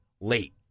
late